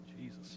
Jesus